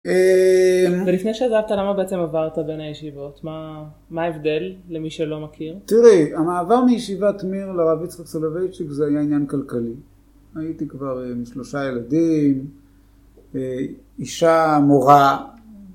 ולפני שעזבת למה בעצם עברת בין הישיבות? מה ההבדל למי שלא מכיר? תראי, המעבר מישיבת מיר לרב יצחק סלווייצ'יק זה עניין כלכלי, הייתי כבר עם שלושה ילדים, אישה מורה